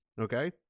Okay